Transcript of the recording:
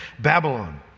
Babylon